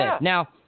Now